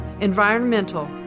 environmental